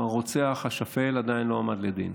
הרוצח השפל עדיין לא הועמד לדין.